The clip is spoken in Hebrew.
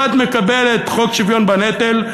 אחד מקבל את חוק שוויון בנטל,